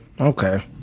Okay